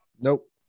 Nope